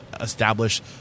establish